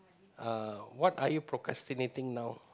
uh what are you procrastinating now